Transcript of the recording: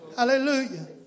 Hallelujah